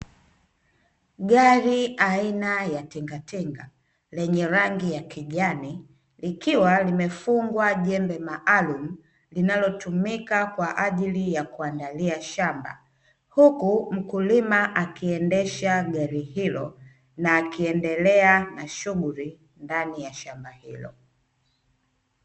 Gari aina ya tingatinga yenye rangi ya kijani likiwa limefungwa jembe maalumu linalotumika kwa ajili ya kuandalia shamba, huku mkulima akiendesha gari hilo na akiendelea na shughuli ndani ya shamba hilo.